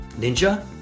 Ninja